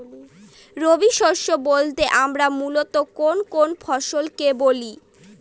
রবি শস্য বলতে আমরা মূলত কোন কোন ফসল কে বলি?